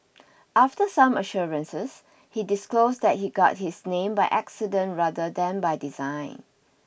after some assurances he disclosed that he got his name by accident rather than by design